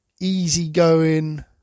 easygoing